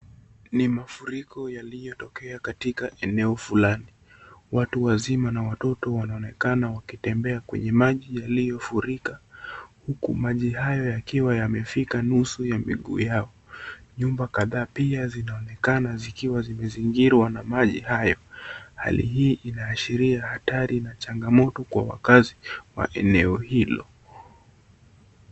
Ni mafuriko yaliyotokea katika eneo fulani, watu wazima na watoto wanaonekana wakitembea kwenye maji yaliyo furika, huku maji hayo yakiwa yamefika nusu ya miguu yao. Nyumba kadhaa pia zinaonekana zikiwa zimezingirwa na maji hayo, hali hii inaashiria hatari na changamoto kwa wakazi wa eneo hilo.